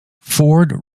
ford